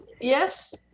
yes